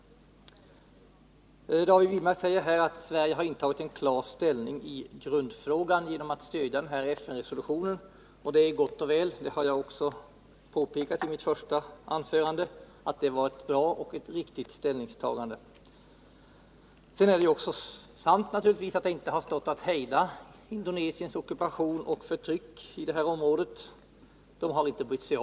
David Wirmark säger att Sverige har intagit en klar ståndpunkt i Demokratiska é ; republiken Östra grundfrågan genom att stödja FN-resolutionen. Det är gott och väl. Det har Timor-m. m jag också påpekat i mitt första anförande. Det var ett riktigt ställningsta Det är naturligtvis också sant att Indonesiens ockupation och förtryck i det här området inte har stått att hejda.